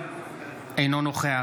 אינו נוכח